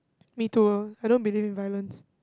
me too I don't believe in violence